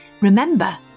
remember